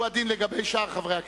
הוא הדין לגבי שאר חברי הכנסת.